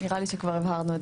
נראה לי שכבר הבהרנו את עמדתנו.